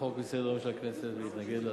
החוק מסדר-היום של הכנסת ולהתנגד לה.